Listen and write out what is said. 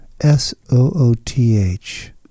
S-O-O-T-H